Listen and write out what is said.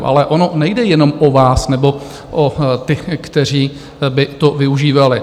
Ale ono nejde jenom o vás nebo o ty, kteří by to využívali.